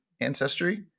Ancestry